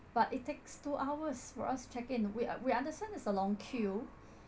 but it takes two hours for us to check in we we understand there's a long queue